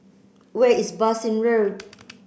where is Bassein Road